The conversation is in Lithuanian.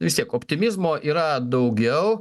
vis tiek optimizmo yra daugiau